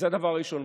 אז זה הדבר הראשון.